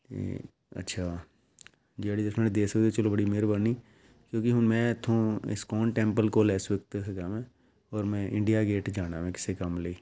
ਅਤੇ ਅੱਛਾ ਜਿਹੜੀ ਐਡਜਸਟਮੈਂਟ ਦੇ ਸਕਦੇ ਚਲੋ ਬੜੀ ਮਿਹਰਬਾਨੀ ਕਿਉਂਕਿ ਹੁਣ ਮੈਂ ਇੱਥੋਂ ਇਸਕੋਨ ਟੈਂਪਲ ਕੋਲ ਇਸ ਵਕਤ ਹੈਗਾ ਹੈ ਔਰ ਮੈਂ ਇੰਡੀਆ ਗੇਟ ਜਾਣਾ ਹੈ ਕਿਸੇ ਕੰਮ ਲਈ